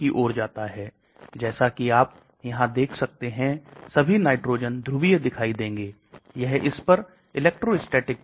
तो ठोस के सतह क्षेत्र को बढ़ाकर यह तेजी से घुलना शुरू कर देगा या अणु के आकार को छोटा कर देगा